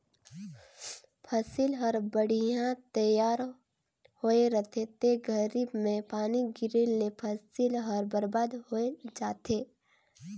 फसिल हर बड़िहा तइयार होए रहथे ते घरी में पानी गिरे ले फसिल हर बरबाद होय जाथे